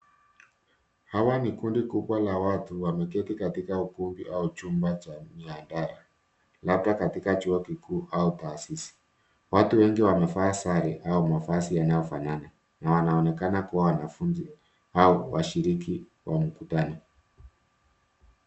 Hawa ni kundi kubwa la watu, wameketi katika ukumbi au chumba cha mihadhara, labda katika chuo kikuu au taasisi. Watu wengi wamevaa sare mavazi yanayofanana na wanaonekana kuwa wanafunzi au washirikiwi wa mkutano.